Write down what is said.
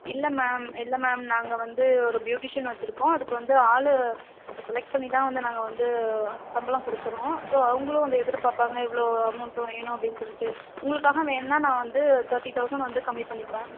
இல்லை மேம் இல்லை மேம் நாங்கள் வந்து ஒரு ப்யூட்டிஷன் வெச்சுருக்கோம் அதுக்கு வந்து ஆள் செலெக்ட் பண்ணி தான் வந்து நாங்கள் வந்து சம்பளம் கொடுக்கறோம் ஸோ அவங்களும் வந்து எதிர்பார்ப்பாங்க இவ்வளோ அமௌண்ட்டு வேணும் அப்படின்னு சொல்லிட்டு உங்களுக்காக வேணுனால் நான் வந்து தேர்ட்டி தௌசண்ட் வந்து கம்மி பண்ணிப்பேன்